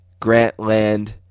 Grantland